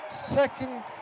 second